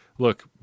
Look